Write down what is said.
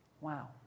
Wow